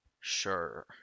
Sure